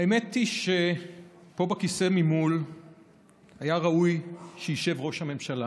האמת היא שפה בכיסא ממול היה ראוי שישב ראש הממשלה